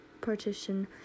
partition